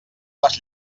les